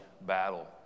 battle